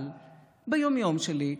אבל ביום-יום שלי,